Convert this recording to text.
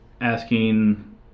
asking